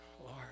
Lord